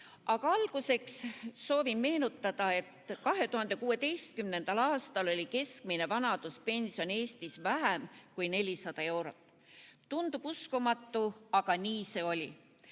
Alguseks soovin meenutada, et 2016. aastal oli keskmine vanaduspension Eestis vähem kui 400 eurot. Tundub uskumatu, aga nii see oli.